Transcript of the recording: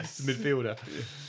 midfielder